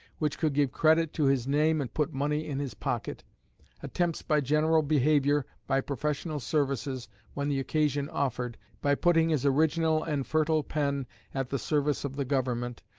which could give credit to his name and put money in his pocket attempts by general behaviour, by professional services when the occasion offered, by putting his original and fertile pen at the service of the government,